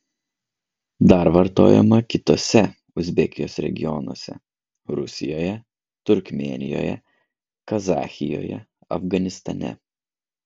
dar vartojama kituose uzbekijos regionuose rusijoje turkmėnijoje kazachijoje afganistane